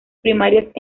primarios